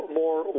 more